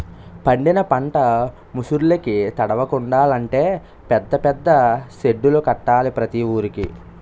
పండిన పంట ముసుర్లుకి తడవకుండలంటే పెద్ద పెద్ద సెడ్డులు కట్టాల ప్రతి వూరికి